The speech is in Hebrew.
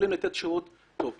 שיכולים לתת שירות טוב.